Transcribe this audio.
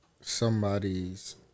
Somebody's